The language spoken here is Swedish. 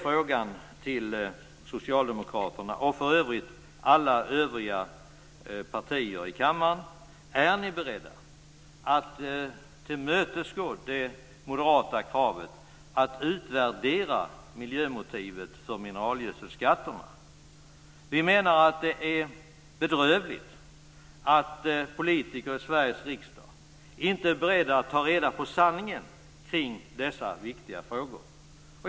Frågan till socialdemokraterna och för övrigt även till alla övriga partier i kammaren blir: Är ni beredda att tillmötesgå det moderata kravet att utvärdera miljömotivet för mineralgödselskatterna? Vi menar att det är bedrövligt att politiker i Sveriges riksdag inte är beredda att ta reda på sanningen i dessa viktiga frågor.